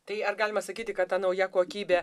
tai ar galima sakyti kad ta nauja kokybė